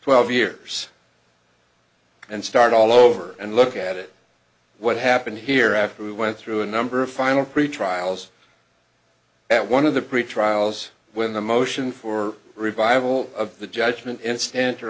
twelve years and start all over and look at it what happened here after we went through a number of final pretty trials at one of the pretrial us with a motion for revival of the judgment instant